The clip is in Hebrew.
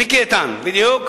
מיקי איתן, בדיוק.